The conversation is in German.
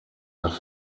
nach